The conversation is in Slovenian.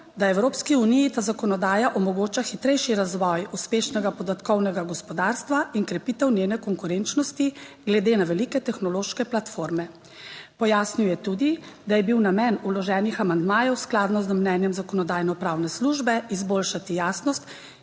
da Evropski uniji ta zakonodaja omogoča hitrejši razvoj uspešnega podatkovnega gospodarstva in krepitev njene konkurenčnosti glede na velike tehnološke platforme. Pojasnil je tudi, da je bil namen vloženih amandmajev skladno z mnenjem Zakonodajno-pravne službe, izboljšati jasnost